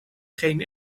geen